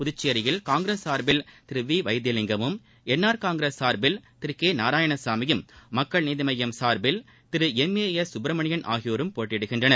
புதுச்சேரியில் காங்கிரஸ் சார்பில் திரு வி வைத்தியலிங்கமும் என் ஆர் காங்கிரஸ் சார்பில் திரு கே நாராயணசாமியும் மக்கள் நீதி மய்யம் சார்பில் திரு எம் ஏ எஸ் சுப்பிரமணியன் ஆகியோரும் போட்டியிடுகின்றனர்